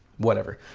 whatever.